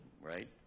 right